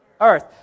earth